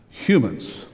humans